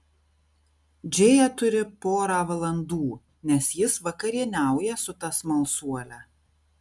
džėja turi porą valandų nes jis vakarieniauja su ta smalsuole